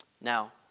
Now